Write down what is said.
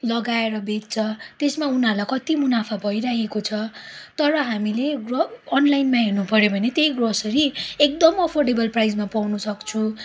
लगाएर बेच्छ त्यसमा उनीहरूलाई कत्ति मुनाफा भइरहेको छ तर हामीले अ अनलाइनमा हेर्नुपर्यो भने त्यही ग्रोसरी एकदम अफोर्टडेबल प्राइसमा पाउनसक्छु